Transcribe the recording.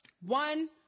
one